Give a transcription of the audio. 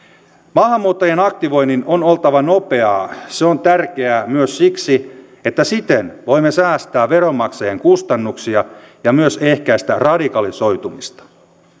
maahanmuuttajien aktivoinnin on oltava nopeaa se on tärkeää myös siksi että siten voimme säästää veronmaksajien kustannuksia ja myös ehkäistä radikalisoitumista